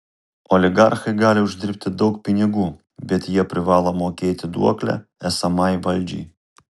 oligarchai gali uždirbti daug pinigų bet jie privalo mokėti duoklę esamai valdžiai